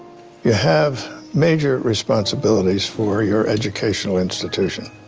you have major responsibilities for your educational institution,